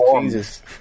Jesus